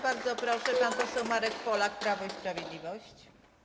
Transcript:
Bardzo proszę, pan poseł Marek Polak, Prawo i Sprawiedliwość.